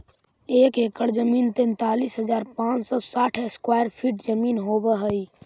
एक एकड़ जमीन तैंतालीस हजार पांच सौ साठ स्क्वायर फीट जमीन होव हई